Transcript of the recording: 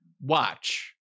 Watch